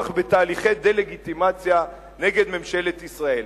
בתהליכי דה-לגיטימציה נגד ממשלת ישראל.